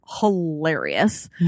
hilarious